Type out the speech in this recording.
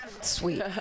Sweet